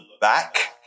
back